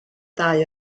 ddau